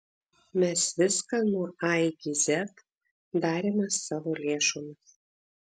mes viską nuo a iki z darėme savo lėšomis